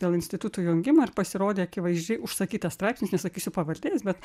dėl institutų jungimo ir pasirodė akivaizdžiai užsakytas straipsnis nesakysiu pavardės bet